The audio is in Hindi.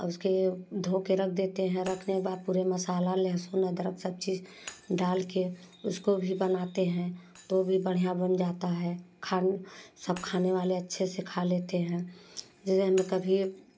और उसके धोकर रख देते हैं रखने बाद पूरे मसाले लहसुन अदरक सब चीज़ डाल कर उसको भी बनाते हैं तो भी बढ़िया बन जाता है खाने सब खाने वाले अच्छे से खा लेते हैं जैमें हमें कभी